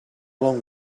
long